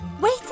wait